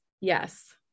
Yes